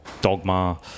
dogma